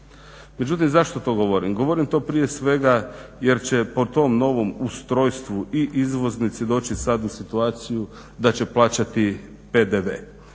Međutim, zašto to govorim? Govorim to prije svega jer će po tom novom ustrojstvu i izvoznici doći sada u situaciju da će plaćati PDV.